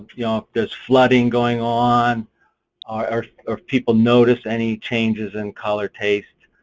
yeah ah if there's flooding going on or or if people notice any changes in color taste,